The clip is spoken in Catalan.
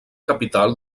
capital